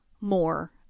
more